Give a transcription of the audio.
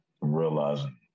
realizing